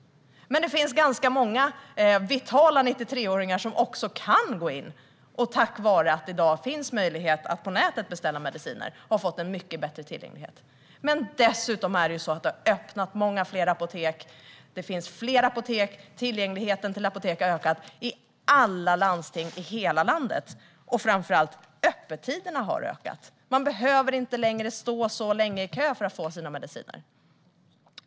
Men det finns också ganska många vitala 93åringar som kan göra detta och som tack vare att det i dag finns möjlighet att på nätet beställa mediciner har fått en mycket bättre tillgänglighet. Dessutom är det så att många fler apotek har öppnat. Det finns fler apotek, och tillgängligheten till apotek har ökat i alla landsting i hela landet. Framför allt har öppettiderna förbättrats - man behöver inte längre stå så länge i kö för att få sina mediciner.